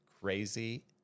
crazy